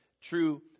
true